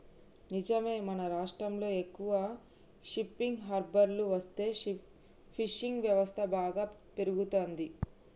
నిజమే మన రాష్ట్రంలో ఎక్కువ షిప్పింగ్ హార్బర్లు వస్తే ఫిషింగ్ వ్యవస్థ బాగా పెరుగుతంది